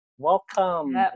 Welcome